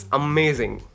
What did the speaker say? amazing